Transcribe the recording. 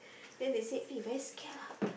then they say eh very scared lah